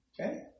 Okay